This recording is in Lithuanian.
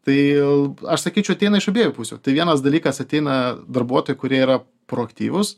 tai aš sakyčiau ateina iš abiejų pusių tai vienas dalykas ateina darbuotojai kurie yra proaktyvūs